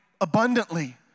abundantly